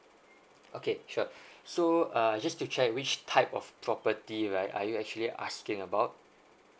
okay sure so uh just to check which type of property right are you actually asking about